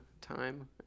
time